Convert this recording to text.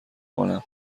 کنم